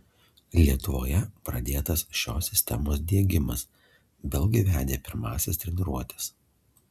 lietuvoje pradėtas šios sistemos diegimas belgai vedė pirmąsias treniruotes